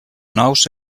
nous